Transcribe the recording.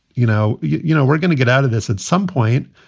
you know, you you know, we're gonna get out of this at some point.